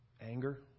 anger